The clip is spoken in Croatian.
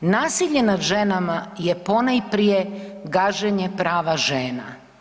Nasilje nad ženama je ponajprije gaženje prava žena.